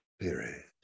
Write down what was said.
spirit